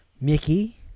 Mickey